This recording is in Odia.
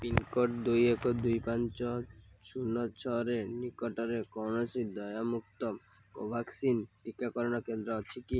ପିନ୍କୋଡ଼୍ ଦୁଇ ଏକ ଦୁଇ ପାଞ୍ଚ ଶୂନ ଛଅର ନିକଟରେ କୌଣସି ଦେୟମୁକ୍ତ କୋଭ୍ୟାକ୍ସିନ୍ ଟିକାକରଣ କେନ୍ଦ୍ର ଅଛି କି